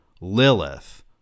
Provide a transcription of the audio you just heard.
Lilith